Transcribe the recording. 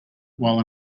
while